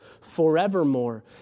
forevermore